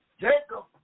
Jacob